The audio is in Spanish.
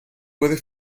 puede